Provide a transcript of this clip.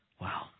wow